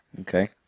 Okay